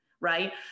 Right